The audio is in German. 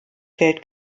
geld